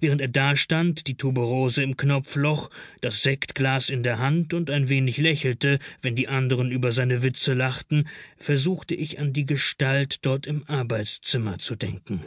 während er dastand die tuberose im knopfloch das sektglas in der hand und ein wenig lächelte wenn die anderen über seine witze lachten versuchte ich an die gestalt dort im arbeitszimmer zu denken